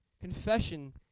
Confession